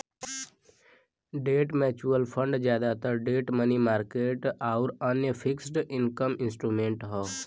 debt mutual fund जादातर debt money market आउर अन्य फिक्स्ड इनकम इंस्ट्रूमेंट्स हौ